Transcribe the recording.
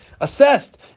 assessed